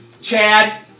Chad